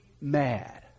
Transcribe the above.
mad